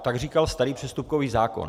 tak říkal starý přestupkový zákon.